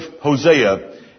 Hosea